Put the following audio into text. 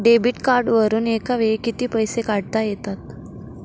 Debit कार्डवरुन एका वेळी किती पैसे काढता येतात?